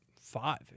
five